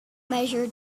measure